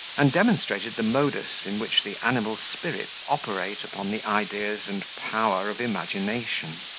and demonstrated the modus in which the animal spirits operate upon the ideas and power of imagination.